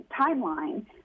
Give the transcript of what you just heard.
timeline